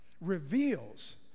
reveals